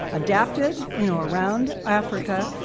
adapted you know around afric a,